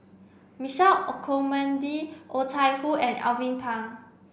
Michael Olcomendy Oh Chai Hoo and Alvin Pang